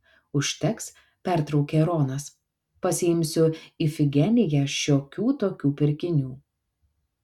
užteks pertraukė ronas pasiimsiu ifigeniją šiokių tokių pirkinių